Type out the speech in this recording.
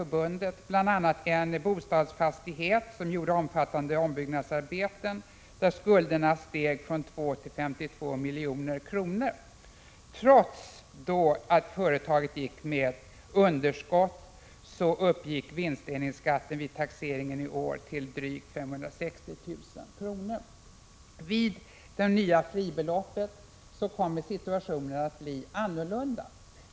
Det gäller bl.a. en bostadsfastighet, där omfattande ombyggnadsarbeten gjordes. Skulderna steg från 2 till 52 milj.kr. Trots att företaget hade ett underskott, uppgick vinstdelningsskatten vid taxeringen i år till drygt 560 000 kr. Med det nya fribeloppet kommer situationen att bli något annorlunda.